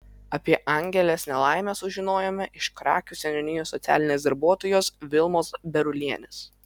apie angelės nelaimę sužinojome iš krakių seniūnijos socialinės darbuotojos vilmos berulienės